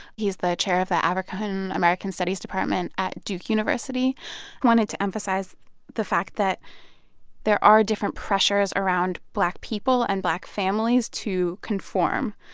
he's the chair of the african-american studies department at duke university. i wanted to emphasize the fact that there are different pressures around black people and black families to conform.